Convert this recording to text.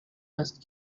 است